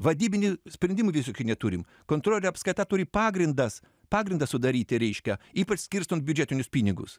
vadybinių sprendimų visokių neturim kontrolė apskata turi pagrindas pagrindą sudaryti reiškia ypač skirstan biudžetinius pinigus